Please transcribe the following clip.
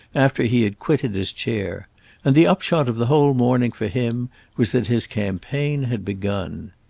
after he had quitted his chair and the upshot of the whole morning for him was that his campaign had begun.